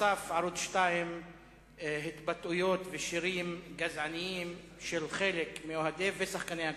חשף ערוץ-2 התבטאויות ושירים גזעניים של חלק מאוהדי הקבוצה ושחקניה.